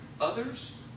Others